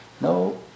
no